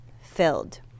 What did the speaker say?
filled